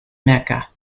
mecca